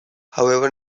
however